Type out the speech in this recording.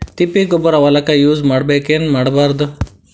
ತಿಪ್ಪಿಗೊಬ್ಬರ ಹೊಲಕ ಯೂಸ್ ಮಾಡಬೇಕೆನ್ ಮಾಡಬಾರದು?